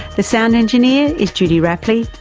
the sound engineer is judy rapley.